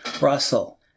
Russell